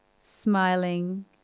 smiling